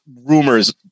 rumors